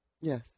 Yes